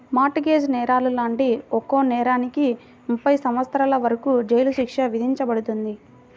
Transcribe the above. mart gauge నేరాలు లాంటి ఒక్కో నేరానికి ముప్పై సంవత్సరాల వరకు జైలు శిక్ష విధించబడుతుంది